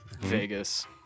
Vegas